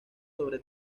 sobre